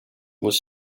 was